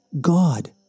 God